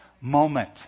moment